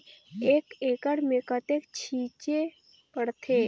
एक एकड़ मे कतेक छीचे पड़थे?